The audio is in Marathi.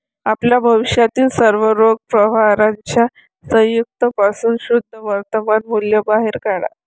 आपल्या भविष्यातील सर्व रोख प्रवाहांच्या संयुक्त पासून शुद्ध वर्तमान मूल्य बाहेर काढा